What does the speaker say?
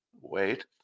wait